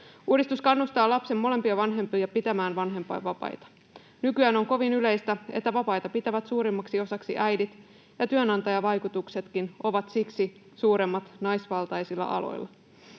Uudistus kannustaa lapsen molempia vanhempia pitämään vanhempainvapaita. Nykyään on kovin yleistä, että vapaita pitävät suurimmaksi osaksi äidit, ja työnantajavaikutuksetkin ovat siksi suuremmat naisvaltaisilla aloilla.